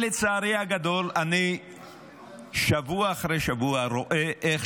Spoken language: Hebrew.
לצערי הגדול, אני שבוע אחרי שבוע רואה איך